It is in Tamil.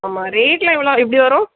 ஆமாம் ரேட்டெலாம் எவ்வளோ எப்படி வரும்